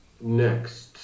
next